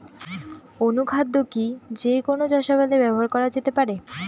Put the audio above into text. অনুখাদ্য কি যে কোন চাষাবাদে ব্যবহার করা যেতে পারে?